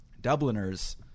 Dubliners